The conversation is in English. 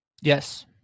Yes